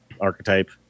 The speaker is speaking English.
archetype